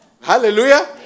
Hallelujah